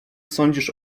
sądzisz